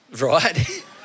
right